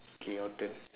okay your turn